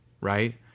right